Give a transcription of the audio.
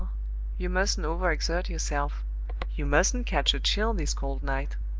you mustn't overexert yourself you mustn't catch a chill this cold night.